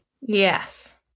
Yes